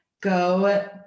go